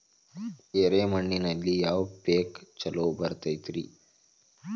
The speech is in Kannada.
ಎರೆ ಮಣ್ಣಿನಲ್ಲಿ ಯಾವ ಪೇಕ್ ಛಲೋ ಬರತೈತ್ರಿ?